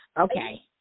okay